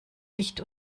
nicht